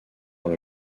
pour